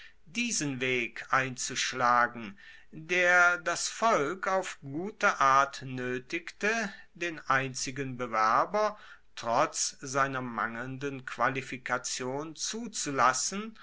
diesen weg einzuschlagen der das volk auf gute art noetigte den einzigen bewerber trotz seiner mangelnden qualifikation zuzulassen